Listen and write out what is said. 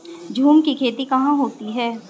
झूम की खेती कहाँ होती है?